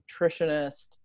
nutritionist